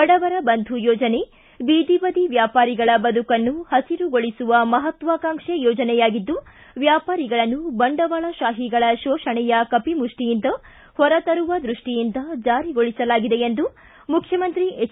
ಬಡವರ ಬಂಧು ಯೋಜನೆ ಬೀದಿ ಬದಿ ವ್ಯಾಪಾರಿಗಳ ಬದುಕನ್ನು ಹಸಿರುಗೊಳಿಸುವ ಮಹತ್ವಾಕಾಂಕ್ಷೆ ಯೋಜನೆಯಾಗಿದ್ದು ವ್ಯಾಪಾರಿಗಳನ್ನು ಬಂಡವಾಳಶಾಹಿಗಳ ಶೋಷಣೆಯ ಕಪಿಮುಷ್ಷಿಯಿಂದ ಹೊರತರುವ ದೃಷ್ಷಿಯಿಂದ ಜಾರಿಗೊಳಿಸಲಾಗಿದೆ ಎಂದು ಮುಖ್ಯಮಂತ್ರಿ ಎಚ್